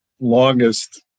longest